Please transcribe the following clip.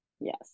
yes